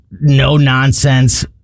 no-nonsense